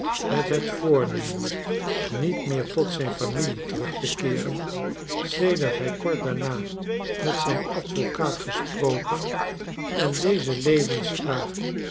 met het voornemen niet meer tot zijn familie terug te keeren sedert hij kort daarna met zijn advocaat gesproken en deze levensvraag